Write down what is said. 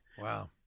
Wow